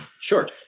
Sure